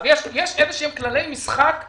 אבל יש איזשהם כללי משחק חוקתיים,